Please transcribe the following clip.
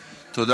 יפה,